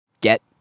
get